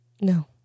No